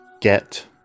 get